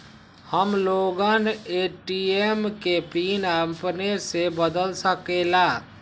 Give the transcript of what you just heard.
हम लोगन ए.टी.एम के पिन अपने से बदल सकेला?